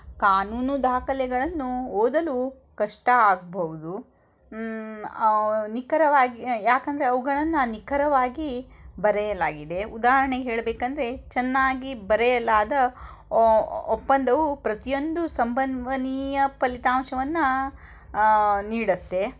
ಕಾನೂನು ದಾಖಲೆಗಳನ್ನು ಓದಲು ಕಷ್ಟ ಆಗಬಹುದು ನಿಖರವಾಗಿ ಯಾಕೆಂದ್ರೆ ಅವುಗಳನ್ನು ನಿಖರವಾಗಿ ಬರೆಯಲಾಗಿದೆ ಉದಾಹರಣೆಗೆ ಹೇಳಬೇಕೆಂದ್ರೆ ಚೆನ್ನಾಗಿ ಬರೆಯಲಾದ ಒಪ್ಪಂದವು ಪ್ರತಿಯೊಂದು ಸಂಭವನೀಯ ಫಲಿತಾಂಶವನ್ನು ನೀಡತ್ತೆ